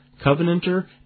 Covenanter